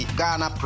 Ghana